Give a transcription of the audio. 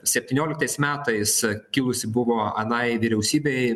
septynioliktais metais kilusi buvo anai vyriausybei